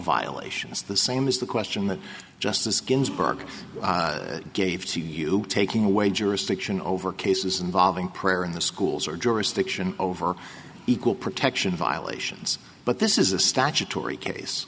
violations the same is the question that justice ginsburg gave to you taking away jurisdiction over cases involving prayer in the schools or jurisdiction over equal protection violations but this is a statutory case